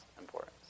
importance